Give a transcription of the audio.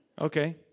Okay